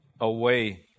away